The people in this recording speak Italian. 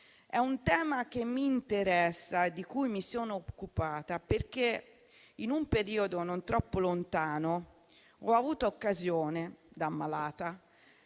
di un tema che mi interessa e di cui mi sono occupata, perché in un periodo non troppo lontano ho avuto occasione, da ammalata,